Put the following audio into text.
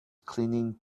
cleaning